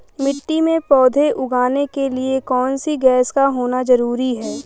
मिट्टी में पौधे उगाने के लिए कौन सी गैस का होना जरूरी है?